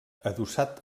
adossat